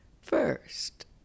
First